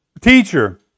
Teacher